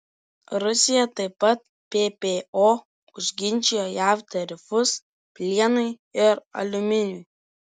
rusija taip pat ppo užginčijo jav tarifus plienui ir aliuminiui